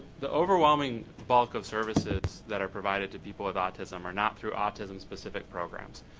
the overwhelming bulk of services that are provided to people with autism are not through autism specific programs.